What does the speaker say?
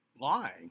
lying